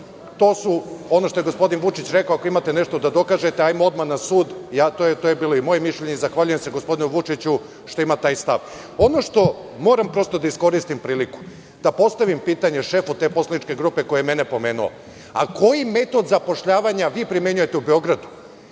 To su, ono što je gospodin Vučić rekao, ako imate nešto da dokažete, hajmo odmah na sud i to je i moje mišljenje. Zahvaljujem se gospodinu Vučiću što ima taj stav. Ono što moram da kažem i iskoristim ovu priliku, da postavim pitanje šefu te poslaničke grupe koji je mene pomenuo – a koji metod zapošljavanja vi primenjujete u Beogradu?